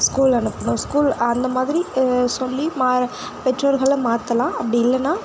school அனுப்புனும் school அந்த மாதிரி சொல்லி மா பெற்றோர்கள மாற்றலாம் அப்படி இல்லைனா